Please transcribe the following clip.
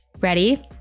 Ready